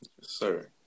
Sir